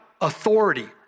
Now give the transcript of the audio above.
authority